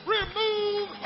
remove